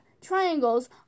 triangles